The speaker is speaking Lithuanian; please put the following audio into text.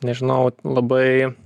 nežinau labai